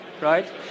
right